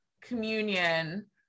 communion